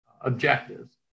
objectives